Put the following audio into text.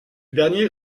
dernier